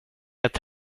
ett